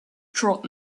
trot